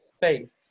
faith